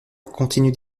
continue